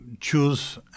choose